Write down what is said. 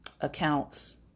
accounts